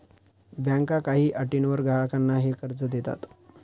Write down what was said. बँका काही अटींवर ग्राहकांना हे कर्ज देतात